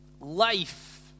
life